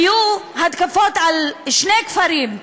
היו התקפות על שני כפרים,